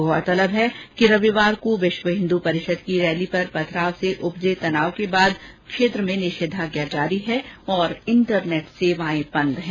गौरतलब है कि रविवार को विष्व हिद् परिषद की रैली पर पथराव से उपजे तनाव के बाद क्षेत्र में निषेधाज्ञा जारी है और इंटरनेट सेवाएं बद हैं